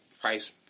price